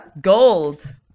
gold